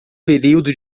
período